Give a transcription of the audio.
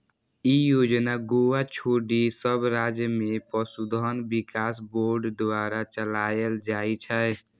ई योजना गोवा छोड़ि सब राज्य मे पशुधन विकास बोर्ड द्वारा चलाएल जाइ छै